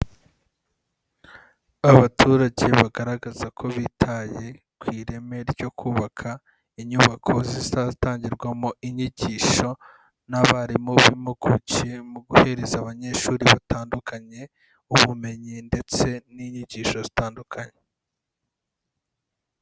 Abaturage bagaragaza ko bitaye ku ireme ryo kubaka inyubako zizatangirwamo inyigisho n'abarimu b'impuguke, mu guhereza abanyeshuri batandukanye ubumenyi ndetse n'inyigisho zitandukanye.